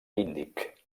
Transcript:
índic